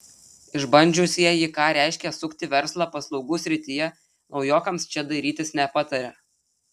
išbandžiusieji ką reiškia sukti verslą paslaugų srityje naujokams čia dairytis nepataria